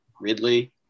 Ridley